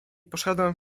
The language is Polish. poszedłem